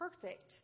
perfect